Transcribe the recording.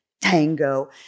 tango